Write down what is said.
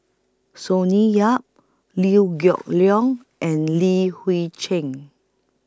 Sonny Yap Liew Geok Leong and Li Hui Cheng